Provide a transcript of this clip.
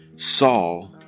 Saul